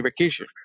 vacation